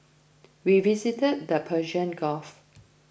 we visited the Persian Gulf